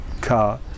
car